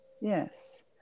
Yes